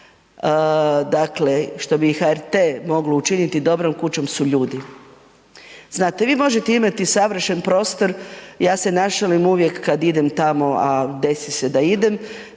dakle što bi HRT moglo učiniti dobrom kućom su ljudi. Znate, vi možete imati savršen prostor, ja se našalim uvijek kad idem tamo, a desi se da idem,